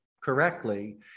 correctly